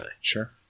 Sure